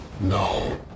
No